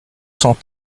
cent